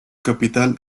capital